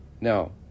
Now